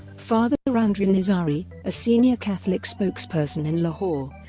father andrew and nisari, a senior catholic spokesperson in lahore,